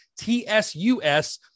TSUS